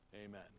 Amen